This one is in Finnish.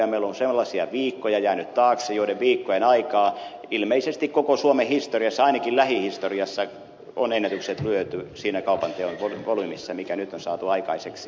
meillä on sellaisia viikkoja jäänyt taakse joiden viikkojen aikaan ilmeisesti koko suomen historiassa ainakin lähihistoriassa on ennätykset lyöty siinä kaupanteon volyymissa mikä nyt on saatu aikaiseksi